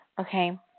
Okay